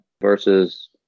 versus